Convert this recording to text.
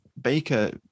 Baker